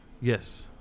yes